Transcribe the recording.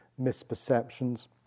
misperceptions